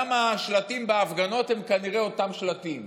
גם השלטים בהפגנות הם כנראה אותם שלטים,